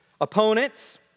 opponents